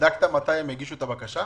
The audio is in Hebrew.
בדקתם מתי הם הגישו את הבקשה?